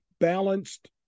balanced